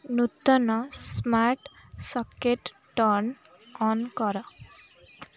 ନୂତନ smart socket turn on କର